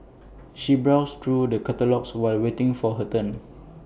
she browsed through the catalogues while waiting for her turn